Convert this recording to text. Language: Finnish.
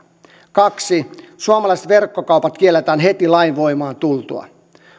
kaksi suomalaiset verkkokaupat kielletään heti lain voimaan tultua